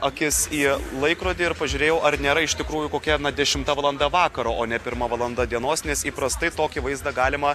akis į laikrodį ir pažiūrėjau ar nėra iš tikrųjų kokia dešimta valanda vakaro o ne pirma valanda dienos nes įprastai tokį vaizdą galima